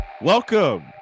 Welcome